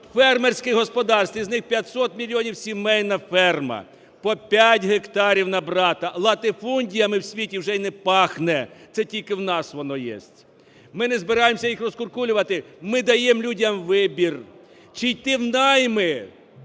фермерських господарств, із них 500 мільйонів – сімейна ферма, по 5 гектарів на брата. Латифундіями в світі вже і не пахне, це тільки в нас воно єсть. Ми не збираємося їх розкуркулювати. Ми даємо людям вибір: чи йти в найми